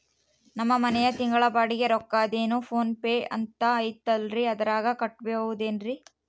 ನಮ್ಮ ಮನೆಯ ತಿಂಗಳ ಬಾಡಿಗೆ ರೊಕ್ಕ ಅದೇನೋ ಪೋನ್ ಪೇ ಅಂತಾ ಐತಲ್ರೇ ಅದರಾಗ ಕಟ್ಟಬಹುದೇನ್ರಿ?